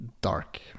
dark